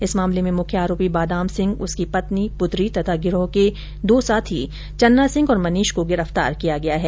इस मामले में मुख्य आरोपी बादाम सिंह उसकी पत्नी पुत्री तथा गिरोह के दो साथी चन्ना सिंह और मनीष को गिरफ्तार किया गया हैं